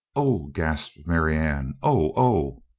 oh! gasped marianne. oh! oh!